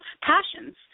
passions